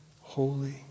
holy